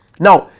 now,